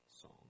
song